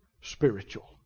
spiritual